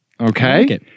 Okay